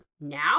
now